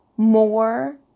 more